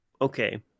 Okay